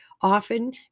often